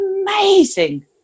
amazing